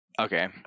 Okay